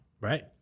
Right